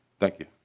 thank you